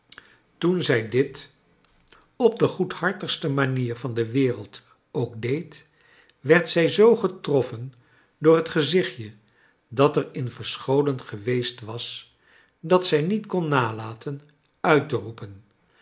toen zij dit op da kleine dorrit goedhartigste manier van de wereld ook deed werd zij zoo getroffen door hot gezichtje dat er in verscholen geweest was dat zij niet kon nalaten uit te roepen